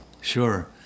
sure